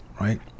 right